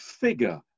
figure